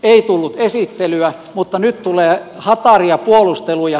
ei tullut esittelyä mutta nyt tulee hataria puolusteluja